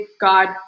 god